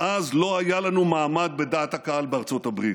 לא היה לנו מעמד בדעת הקהל בארצות הברית,